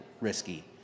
risky